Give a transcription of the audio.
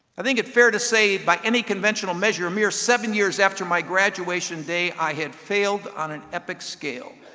i think it fair to say by any conventional measure a mere seven years after my graduation day, i had failed on an epic scale.